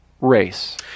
race